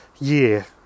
year